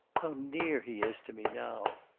how near he is to me now!